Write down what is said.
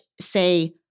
say